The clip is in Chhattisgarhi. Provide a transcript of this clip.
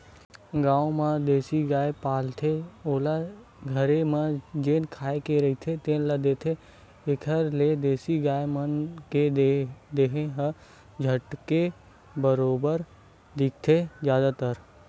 गाँव घर म देसी गाय ल पालथे ओला घरे म जेन खाए के रहिथे तेने ल देथे, एखर ले देसी गाय मन के देहे ह झटके बरोबर दिखथे जादातर